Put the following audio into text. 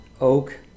oak